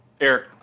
Eric